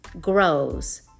grows